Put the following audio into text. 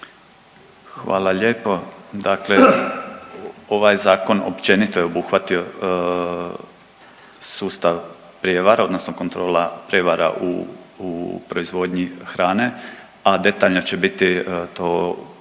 Hvala lijepo. Dakle, ovaj zakon općenito je obuhvatio sustav prijevara odnosno kontrola prijevara u, u proizvodnji hrane, a detaljno će biti to